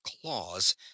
claws